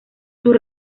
sus